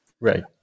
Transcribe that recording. Right